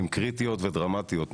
הן קריטיות ודרמטיות,